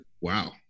wow